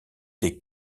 des